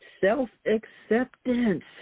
Self-acceptance